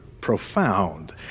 profound